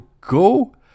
go